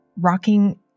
rocking